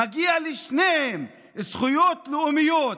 מגיעות לשניהם זכויות לאומיות.